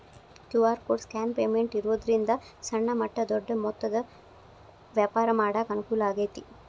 QR code scan payment ಇರೋದ್ರಿಂದ ಸಣ್ಣ ಮಟ್ಟ ದೊಡ್ಡ ಮೊತ್ತದ ವ್ಯಾಪಾರ ಮಾಡಾಕ ಅನುಕೂಲ ಆಗೈತಿ